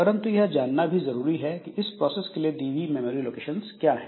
परंतु यह जानना भी जरूरी है कि इस प्रोसेस के लिए दी हुई मेमोरी लोकेशंस क्या हैं